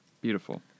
Beautiful